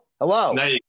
Hello